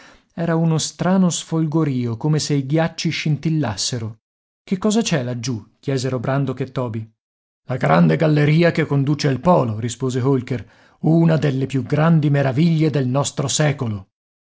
era uno strano sfolgorio come se i ghiacci scintillassero che cosa c'è laggiù chiesero brandok e toby la grande galleria che conduce al polo rispose holker una delle più grandi meraviglie del nostro secolo